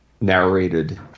narrated